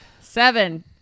Seven